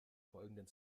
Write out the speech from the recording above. folgenden